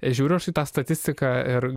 žiūriu aš į tą statistiką ir